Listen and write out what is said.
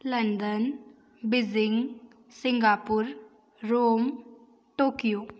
London Beijing Singapore Rome Tokyo